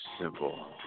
simple